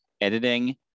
editing